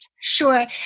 sure